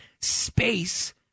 space